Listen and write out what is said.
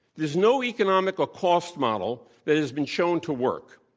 there's no economic or cost model that has been shown to work.